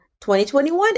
2021